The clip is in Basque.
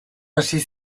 hasi